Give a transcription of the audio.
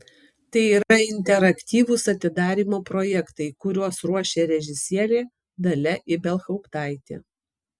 tai yra interaktyvūs atidarymo projektai kuriuos ruošia režisierė dalia ibelhauptaitė